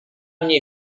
mnie